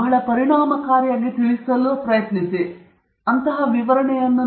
ಈ ರಚನೆಯ ಏಕೈಕ ಉದ್ದೇಶವೆಂದರೆ ನೀವು ಎಲ್ಲವನ್ನು ಮಾಡಲು ಪ್ರಯತ್ನಿಸುತ್ತಿದ್ದರೆ ಈ ಪ್ರಕೃತಿಯ ಒಂದು ರೂಪರೇಖೆಯು ಸಾಕಾಗುತ್ತದೆ